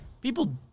People